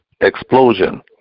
explosion